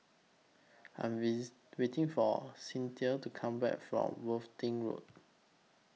I Am with waiting For Cynthia to Come Back from Worthing Road